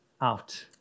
out